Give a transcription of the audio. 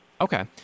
Okay